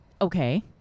okay